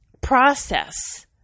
process